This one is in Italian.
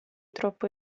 troppo